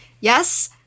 Yes